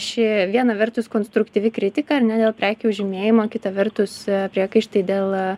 ši viena vertus konstruktyvi kritika ar ne dėl prekių žymėjimo kita vertus priekaištai dėl